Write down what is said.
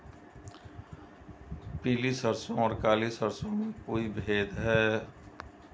पीली सरसों और काली सरसों में कोई भेद है?